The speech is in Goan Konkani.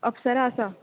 अपसरा आसा